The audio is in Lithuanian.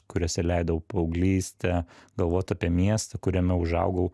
kuriose leidau paauglystę galvot apie miestą kuriame užaugau